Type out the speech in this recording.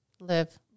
live